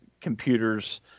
computers